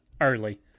early